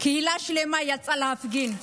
קהילה שלמה יצאה להפגין.